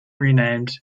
renamed